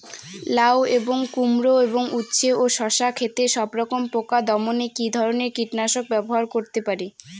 লাউ এবং কুমড়ো এবং উচ্ছে ও শসা ক্ষেতে সবরকম পোকা দমনে কী ধরনের কীটনাশক ব্যবহার করতে পারি?